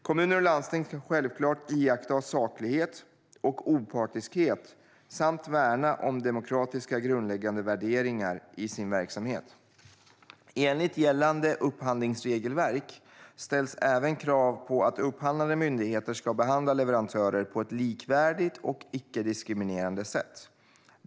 Kommuner och landsting ska självfallet iaktta saklighet och opartiskhet samt värna om demokratiska grundläggande värderingar i sin verksamhet. Enligt gällande upphandlingsregelverk ställs även krav på att upphandlade myndigheter ska behandla leverantörer på ett likvärdigt och icke-diskriminerande sätt.